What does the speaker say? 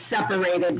separated